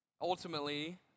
Ultimately